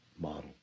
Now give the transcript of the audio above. model